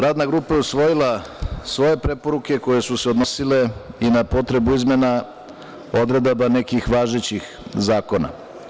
Radna grupa je usvojila svoje preporuke koje su se odnosile i na potrebu izmena odredaba nekih važećih zakona.